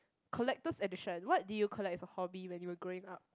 collectors edition what do you collect as a hobby when you were growing up